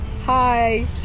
Hi